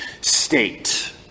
state